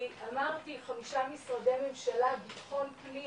כי אמרתי 5 משרדי ממשלה בכל כלי